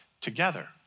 together